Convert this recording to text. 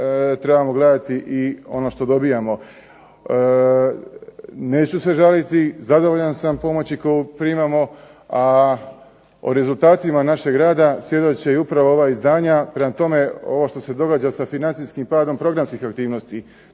trebamo gledati i ono što dobijamo. Neću se žaliti. Zadovoljan sam pomoći koju primamo, a o rezultatima našeg rada svjedoče i upravo ova izdanja. Prema tome, ovo što se događa sa financijskim padom programskih aktivnosti